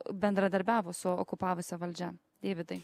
bendradarbiavo su okupavusia valdžia deividai